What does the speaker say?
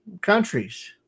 Countries